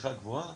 בצריכה גבוהה,